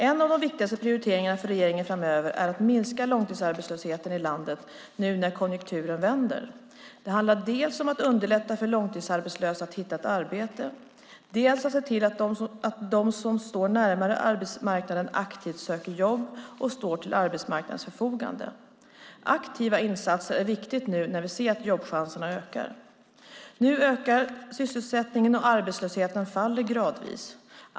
En av de viktigaste prioriteringarna för regeringen framöver är att minska långtidsarbetslösheten i landet nu när konjunkturen vänder. Det handlar dels om att underlätta för långtidsarbetslösa att hitta ett arbete, dels om att se till att de som står närmare arbetsmarknaden aktivt söker jobb och står till arbetsmarknadens förfogande. Aktiva insatser är viktigt nu när vi ser att jobbchanserna ökar. Nu ökar sysselsättningen, och arbetslösheten faller gradvis.